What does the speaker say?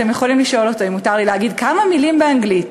אתם יכולים לשאול אותו אם מותר לי להגיד כמה מילים באנגלית.